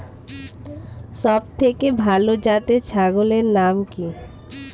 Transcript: সবথেকে ভালো জাতের ছাগলের নাম কি?